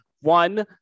One